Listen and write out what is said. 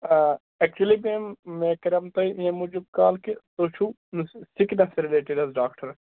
آ ایٚکچُلی چھُ مےٚ کریاے تۅہہِ ییٚمہِ موٗجوٗب کال کہِ تُہۍ چھُو سِکِنَس رِلیٹِڈ حظ ڈاکٹر